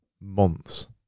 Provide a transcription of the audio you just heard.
months